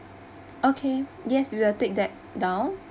okay yes we will take that down